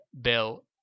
Bill